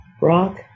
Rock